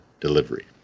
delivery